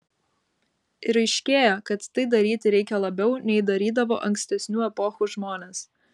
ir aiškėja kad tai daryti reikia labiau nei darydavo ankstesnių epochų žmonės